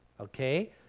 Okay